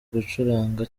gucuranga